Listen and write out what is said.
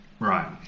Right